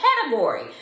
category